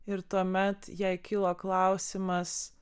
ir tuomet jai kilo klausimas